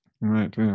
Right